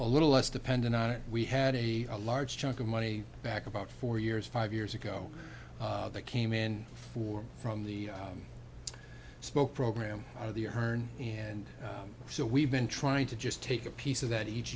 little less dependent on it we had a a large chunk of money back about four years five years ago that came in for from the spoke program hern and so we've been trying to just take a piece of that each